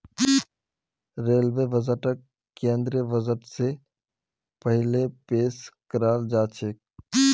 railway बजटक केंद्रीय budget स पहिले पेश कराल जाछेक